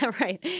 right